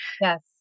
Yes